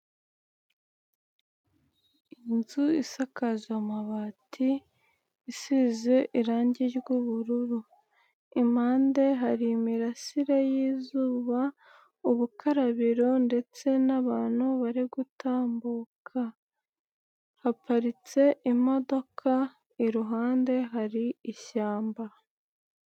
Inzu isakaza amabati, isize irangi ry'ubururu, impande hari imirasire y'izuba ubukarabiro ndetse n'abantu bari gutambuka, haparitse imodoka, iruhande hari ishyamba.